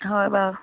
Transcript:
হয় বাৰু